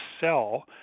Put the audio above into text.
sell